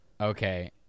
Okay